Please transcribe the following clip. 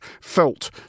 felt